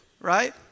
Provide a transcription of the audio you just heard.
Right